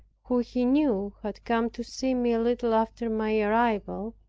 who he knew had come to see me a little after my arrival,